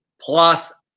plus